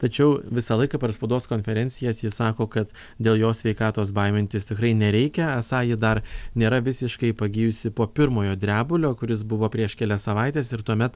tačiau visą laiką per spaudos konferencijas ji sako kad dėl jos sveikatos baimintis tikrai nereikia esą ji dar nėra visiškai pagijusi po pirmojo drebulio kuris buvo prieš kelias savaites ir tuomet